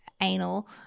anal